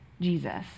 Jesus